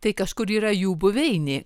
tai kažkur yra jų buveinė